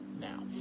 now